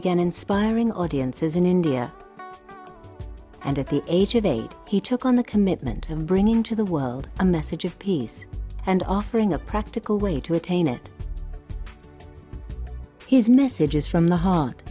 began inspiring audiences in india and at the age of eight he took on the commitment of bringing to the world a message of peace and offering a practical way to attain it his messages from the heart